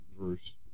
verse